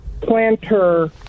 planter